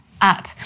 up